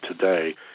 today